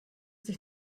sich